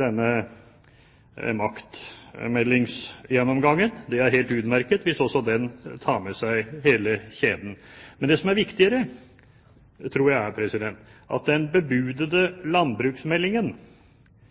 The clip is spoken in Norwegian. denne maktmeldingsgjennomgangen – det er helt utmerket, hvis også den tar med seg hele kjeden. Men det som er viktigere, tror jeg, er at den bebudede landbruksmeldingen